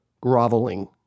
groveling